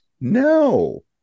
No